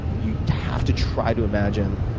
you have to try to imagine